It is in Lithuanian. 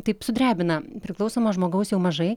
taip sudrebina priklausomo žmogaus jau mažai